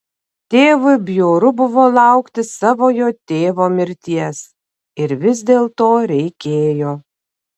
tėvui bjauru buvo laukti savojo tėvo mirties ir vis dėlto reikėjo